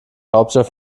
hauptstadt